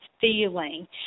feeling